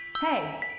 Hey